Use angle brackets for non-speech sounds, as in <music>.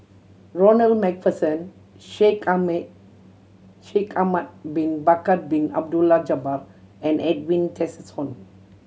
Ronald Macpherson Shaikh <unintelligible> Shaikh Ahmad Bin Bakar Bin Abdullah Jabbar and Edwin Tessensohn